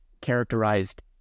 characterized